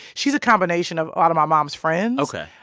she's a combination of a lot of my mom's friends. ok.